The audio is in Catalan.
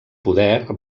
poder